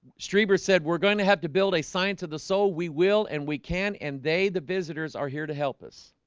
streamer said we're going to have to build a science of the soul we will and we can and they the visitors are here to help us